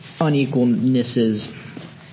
unequalnesses